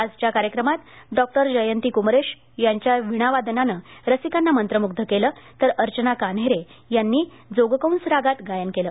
आजच्या कार्यक्रमांत डॉक्र जयंती कुमरेश यांच्या वीणावादनानं रसिकांना मंत्रमुग्घ केलं तर अर्चना कान्हेरे यांनी जोगकंस रागांत गायन केलं